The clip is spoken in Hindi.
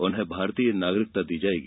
उन्हें भारतीय नागरिकता दी जाएगी